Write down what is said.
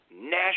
national